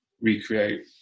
recreate